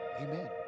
Amen